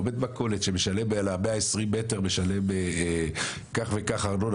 עובד מכולת שמשלם על ה-120 מטר משלם כך וכך ארנונה,